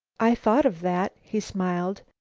i thought of that, he smiled.